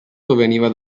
proveniva